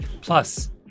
Plus